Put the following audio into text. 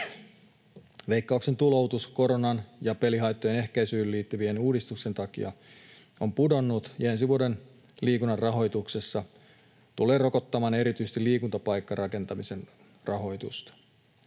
Veikkauksen tuloutus koronan ja pelihaittojen ehkäisyyn liittyvän uudistuksen takia on pudonnut ensi vuoden liikunnan rahoituksessa, ja se tulee rokottamaan erityisesti liikuntapaikkarakentamisen rahoitusta.